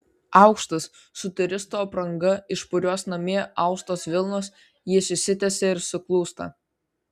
aukštas su turisto apranga iš purios namie austos vilnos jis išsitiesia ir suklūsta